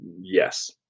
yes